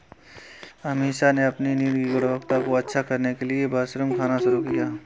अमीषा ने अपनी नींद की गुणवत्ता को अच्छा करने के लिए मशरूम खाना शुरू किया